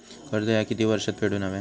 कर्ज ह्या किती वर्षात फेडून हव्या?